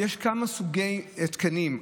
לא, יש כמה סוגי התקנים.